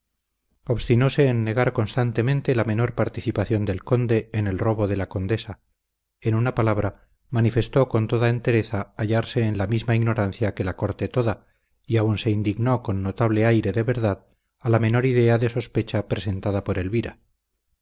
obstinóse en negar constantemente la menor participación del conde en el robo de la condesa en una palabra manifestó con toda entereza hallarse en la misma ignorancia que la corte toda y aun se indignó con notable aire de verdad a la menor idea de sospecha presentada por elvira